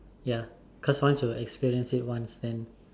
ya cause once you experience it once then